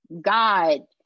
god